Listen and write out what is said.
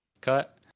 Cut